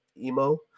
emo